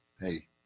hey